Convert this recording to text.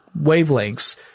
wavelengths